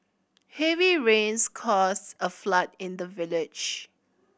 heavy rains caused a flood in the village